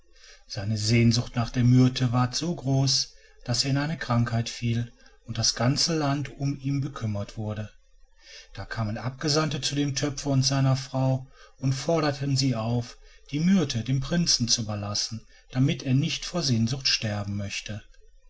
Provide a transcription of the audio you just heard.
seine sehnsucht nach der myrte ward so groß daß er in eine krankheit fiel und das ganze land um ihn bekümmert wurde da kamen abgesandte zu dem töpfer und seiner frau und forderten sie auf die myrte dem prinzen zu überlassen damit er nicht vor sehnsucht sterben möchte